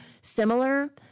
similar